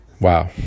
wow